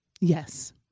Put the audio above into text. Yes